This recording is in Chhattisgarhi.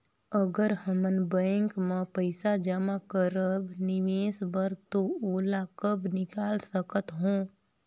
अगर हमन बैंक म पइसा जमा करब निवेश बर तो ओला कब निकाल सकत हो?